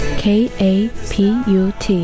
k-a-p-u-t